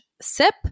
sip